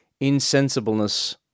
insensibleness